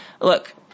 look